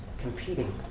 competing